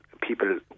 people